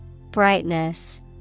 Brightness